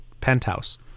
penthouse